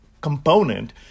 component